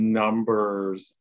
numbers